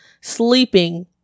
sleeping